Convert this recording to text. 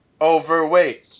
overweight